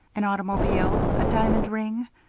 an automobile? a diamond ring?